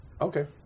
Okay